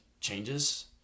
changes